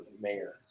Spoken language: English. mayor